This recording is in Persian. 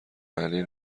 علی